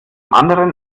anderen